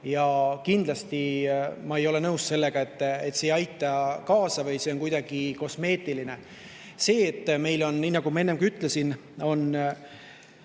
Kindlasti ma ei ole nõus sellega, et see ei aita kaasa või see on kuidagi kosmeetiline. See, et meil on, nii nagu ma enne ka ütlesin,